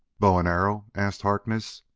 bow and arrow? asked harkness.